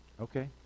Okay